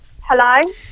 Hello